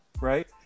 right